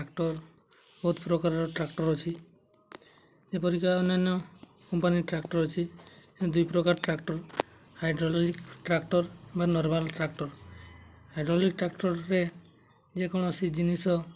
tractor ବହୁତ ପ୍ରକାରର tractor ଅଛି ଯେପରିକି ଅନ୍ୟାନ୍ୟ କମ୍ପାନୀ ଟ୍ରାକ୍ଟର ଅଛି ଦୁଇ ପ୍ରକାର ଟ୍ରାକ୍ଟର ହାଇଡ଼୍ରୋଲିକ୍ ଟ୍ରାକ୍ଟର ବା ନର୍ମାଲ୍ ଟ୍ରାକ୍ଟର ହାଇଡ଼୍ରୋଲିକ୍ ଟ୍ରାକ୍ଟରରେ ଯେକୌଣସି ଜିନିଷ